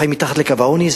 חיים מתחת לקו העוני,